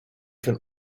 can